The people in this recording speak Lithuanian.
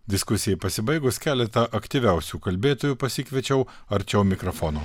diskusijai pasibaigus keletą aktyviausių kalbėtojų pasikviečiau arčiau mikrofono